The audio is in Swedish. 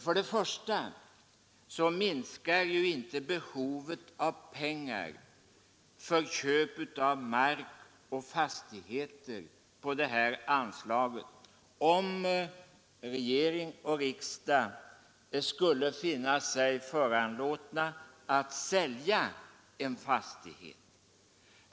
För det första minskar ju inte behovet av pengar på det här anslaget för köp av mark och fastigheter, om regering och riksdag skulle finna sig föranlåten att sälja en fastighet.